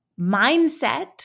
Mindset